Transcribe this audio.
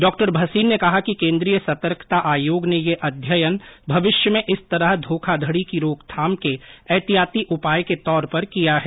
doctor Bhasin ने कहा कि केंद्रीय सतर्कता आयोग ने यह अध्ययन भविष्य में इस तरह धोखाधड़ी की रोकथाम के एहतियाती उपाय के तौर पर किया है